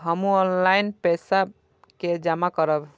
हमू ऑनलाईनपेसा के जमा करब?